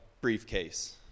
briefcase